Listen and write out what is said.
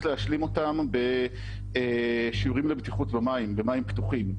להשלים אותם בשיעורים לבטיחות במים פתוחים,